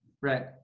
right